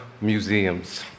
museums